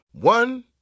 One